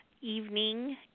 evening